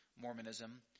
Mormonism